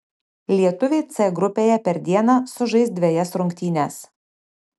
lietuviai c grupėje per dieną sužais dvejas rungtynes